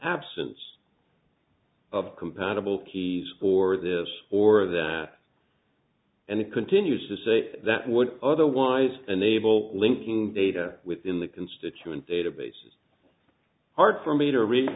absence of compatible keys or this or that and it continues to say that would otherwise unable linking data within the constituent databases hard for me to read